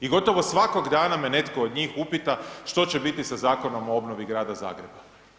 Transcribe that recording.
I gotovo svakog dana me netko od njih upita, što će biti sa Zakonom o obnovi Grada Zagreba.